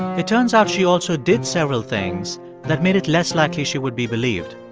it turns out she also did several things that made it less likely she would be believed.